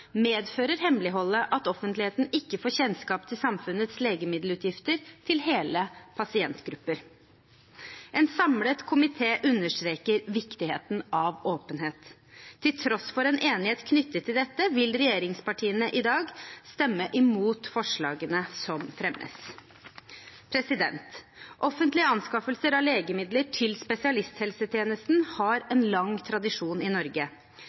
medfører hemmeligholdet at offentligheten ikke får kjennskap til samfunnets legemiddelutgifter til hele pasientgrupper. En samlet komité understreker viktigheten av åpenhet. Til tross for en enighet knyttet til dette vil regjeringspartiene i dag stemme imot forslagene som fremmes. Offentlige anskaffelser av legemidler til spesialisthelsetjenesten har en lang tradisjon i Norge.